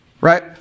Right